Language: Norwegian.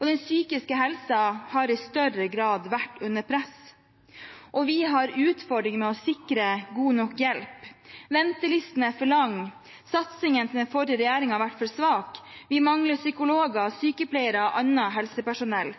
Den psykiske helsen har i større grad vært under press, og vi har utfordringer med å sikre god nok hjelp. Ventelistene er for lange, satsingen til den forrige regjeringen har vært for svak, vi mangler psykologer, sykepleiere og annet helsepersonell.